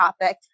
topic